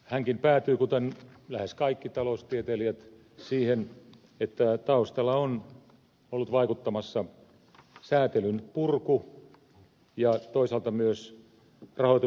hänkin päätyi kuten lähes kaikki taloustieteilijät siihen että taustalla on ollut vaikuttamassa säätelyn purku ja toisaalta myös rahoitusalan bonusten jättimäisyys